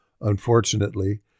Unfortunately